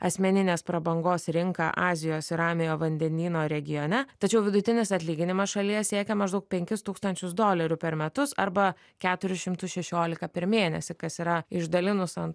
asmeninės prabangos rinką azijos ir ramiojo vandenyno regione tačiau vidutinis atlyginimas šalyje siekia maždaug penkis tūkstančius dolerių per metus arba keturis šimtus šešiolika per mėnesį kas yra išdalinus ant